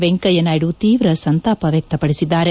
ವೆಂಕಯ್ಯನಾಯ್ಡು ತೀವ್ರ ಸಂತಾಪ ವ್ಯಕ್ತಪದಿಸಿದ್ದಾರೆ